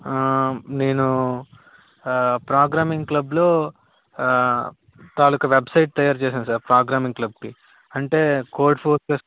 ఆ నేనూ ఆ ప్రోగ్రామింగ్ క్లబ్లో ఆ తాలూకు వెబ్సైట్ తయారు చేసాను సర్ ప్రోగ్రామింగ్ క్లబ్కి అంటే కోడ్ ఫోర్